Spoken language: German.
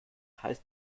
heißt